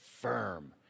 firm